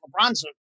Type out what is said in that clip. lebron's